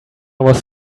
was